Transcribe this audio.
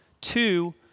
Two